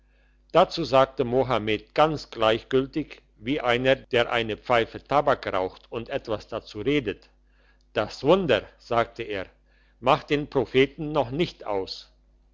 dazu sagte mohammed ganz gleichgültig wie einer der eine pfeife tabak raucht und etwas dazu redet das wunder sagte er macht den propheten noch nicht aus